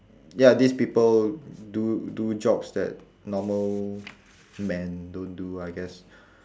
ya these people do do jobs that normal men don't do I guess